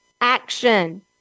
action